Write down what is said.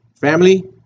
family